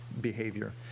behavior